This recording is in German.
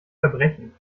verbrechen